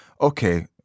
okay